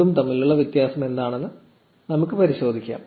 0 ഉം തമ്മിലുള്ള വ്യത്യാസം എന്താണെന്ന് നമുക്ക് പരിശോധിക്കാം